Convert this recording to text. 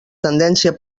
tendència